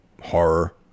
horror